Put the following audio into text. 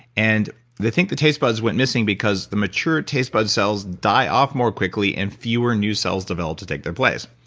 and they think the taste buds went missing because the mature taste buds cells die off more quickly and fewer new cells develop to take their place.